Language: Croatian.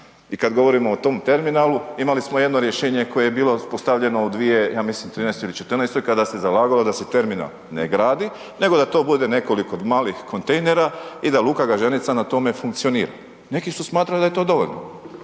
I kada govorimo o tom terminalu, imali smo jedno rješenje, koje je bilo postavljeno u 2013. ili '14. kada se je zalagalo da se terminal ne gradi, nego da to bude nekoliko malih kontejnera i da Luka Gaženica na tome funkcionira. Neki su smatrali da je to dovoljno.